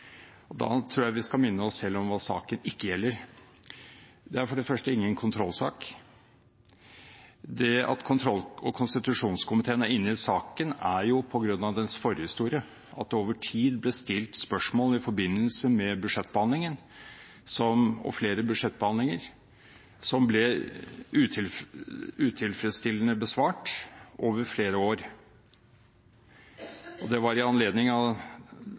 presidentskapet. Da tror jeg vi skal minne oss selv om hva saken ikke gjelder. Det er for det første ingen kontrollsak. Det at kontroll- og konstitusjonskomiteen er inne i saken, er jo på grunn av dens forhistorie – at det over tid ble stilt spørsmål i forbindelse med flere budsjettbehandlinger, som ble utilfredsstillende besvart over flere år. Det var i anledning